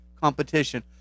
competition